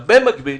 במקביל,